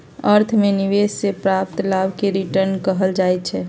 अर्थ में निवेश से प्राप्त लाभ के रिटर्न कहल जाइ छइ